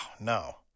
no